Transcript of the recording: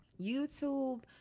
YouTube